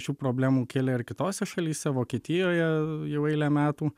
šių problemų kilę ir kitose šalyse vokietijoje jau eilę metų